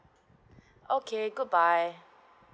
okay good bye